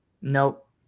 Nope